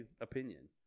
opinion